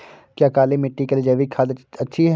क्या काली मिट्टी के लिए जैविक खाद अच्छी है?